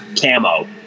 camo